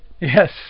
Yes